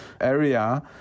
area